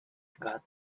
got